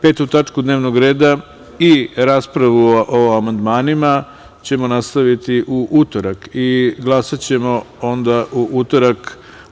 Petu tačku dnevnog reda i raspravu o amandmanima ćemo nastaviti u utorak i glasaćemo onda u utorak.